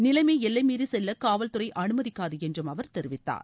நிலைமை எல்லைமீறி செல்ல காவல்துறை அனுமதிக்காது என்றும் அவர் தெரிவித்தார்